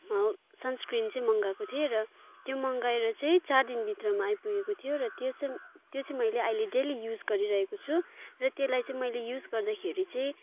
sunscreen चाहिँ मगाएको थिएँ र त्यो मगाएर चाहिँ चार दिन भित्रमा आइपुगेको थियो र त्यो चाहिँ त्यो चाहिँ मैले अहिले डेली युज गरिरहको छु र त्यसलाई मैले युज गर्दाखेरि चाहिँ